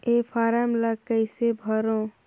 ये फारम ला कइसे भरो?